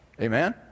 Amen